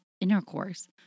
intercourse